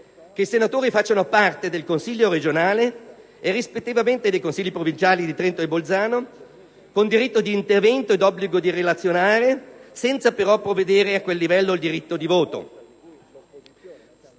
che i senatori facciano parte del Consiglio regionale e, rispettivamente, dei Consigli provinciali di Trento e Bolzano, con diritto di intervento ed obbligo di relazione, senza però prevedere a quel livello il diritto di voto.